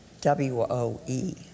W-O-E